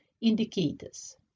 indicators